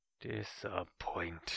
Disappoint